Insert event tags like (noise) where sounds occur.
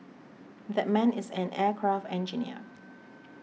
(noise) that man is an aircraft engineer